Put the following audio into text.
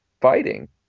fighting